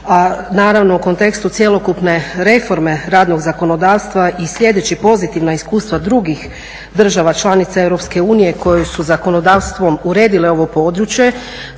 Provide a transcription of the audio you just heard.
a naravno u kontekstu cjelokupne reforme radnog zakonodavstva i slijedeći pozitivna iskustva drugih država članica Europske unije koje su zakonodavstvom uredili ove područje